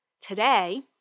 Today